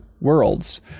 Worlds